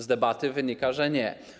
Z debaty wynika, że nie.